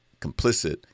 complicit